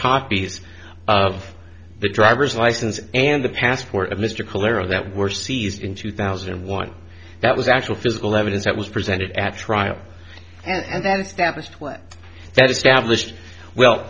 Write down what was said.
copies of the driver's license and the passport of mr calero that were seized in two thousand and one that was actual physical evidence that was presented at trial and